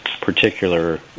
particular